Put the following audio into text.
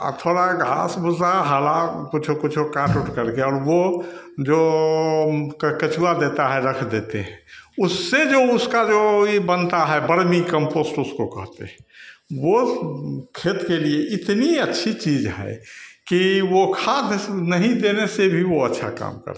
और थोड़ा घास भूसा हरा कुछ कुछ काट उट करके और वह जो केँचुआ देता है रख देते हैं उससे जो उसका जो यह बनता है बर्मी कम्पोस्ट उसको कहते हैं वह खेत के लिए इतनी अच्छी चीज है कि वह खाद नहीं देने से भी वह अच्छा काम करता है